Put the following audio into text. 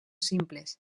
simples